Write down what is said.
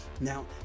Now